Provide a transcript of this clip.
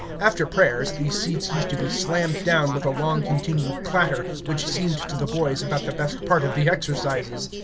after prayers these seats used to be slammed down with a long-continued clatter, which seemed to the boys about the best part of the exercises.